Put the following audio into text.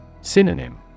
Synonym